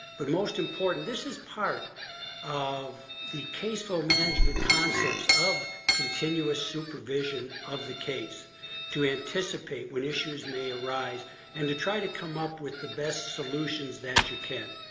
but most important, this is part of the caseflow management concepts of continuous supervision of the case to anticipate when issues may arise and to try to come up with the best solutions that you can.